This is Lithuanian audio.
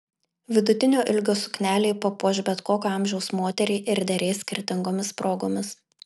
vidutinio ilgio suknelė papuoš bet kokio amžiaus moterį ir derės skirtingomis progomis